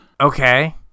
Okay